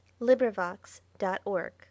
LibriVox.org